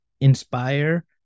Inspire